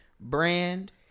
brand